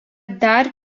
dar